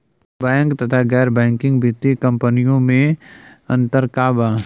Bank तथा गैर banking वित्तीय कम्पनीयो मे अन्तर का बा?